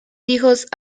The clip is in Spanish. hijos